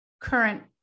current